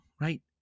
right